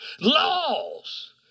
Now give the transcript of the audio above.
laws